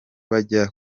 bajya